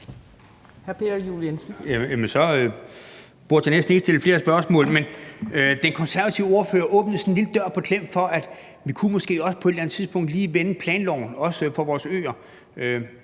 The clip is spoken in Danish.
Peter Juel-Jensen (V): Så burde jeg næsten ikke stille flere spørgsmål. Men den konservative ordfører åbnede sådan en lille dør på klem for, at vi måske også på et eller andet tidspunkt lige kunne vende planloven, også for vores øer.